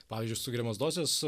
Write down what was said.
pavyzdžiui sugeriamos dozės